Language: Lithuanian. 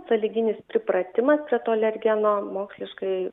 sąlyginis pripratimas prie to alergeno moksliškai